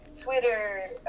twitter